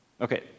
Okay